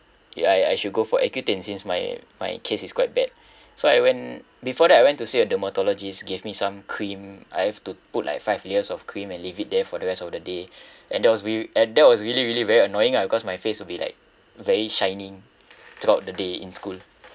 ya I I should go for accutane since my my case is quite bad so I went before that I went to see a dermatologist gave me some cream I've to put like five layers of cream and leave it there for the rest of the day and that was re~ and that was really really very annoying ah because my face will be like very shining throughout the day in school